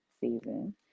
season